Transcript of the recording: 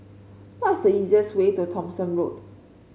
what's the easiest way to Thomson Road